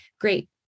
great